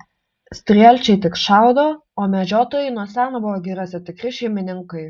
strielčiai tik šaudo o medžiotojai nuo seno buvo giriose tikri šeimininkai